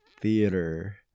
theater